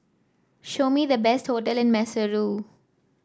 show me the best hotel in Maseru